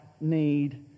need